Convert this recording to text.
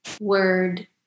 word